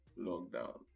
lockdown